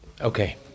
Okay